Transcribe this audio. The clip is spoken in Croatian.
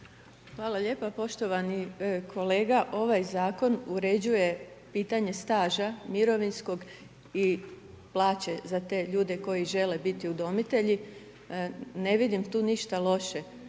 Hvala lijepo poštovani kolega, ovaj Zakon uređuje pitanje staža mirovinskog i plaće za te ljude koji žele biti udomitelji, ne vidim tu ništa loše